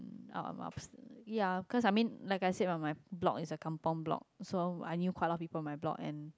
um um ya cause I mean like I said my block is a kampung block so I knew quite a lot of people in my block and